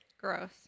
Gross